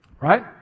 Right